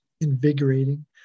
invigorating